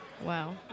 Wow